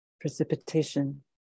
precipitation